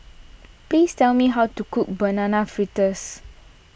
please tell me how to cook Banana Fritters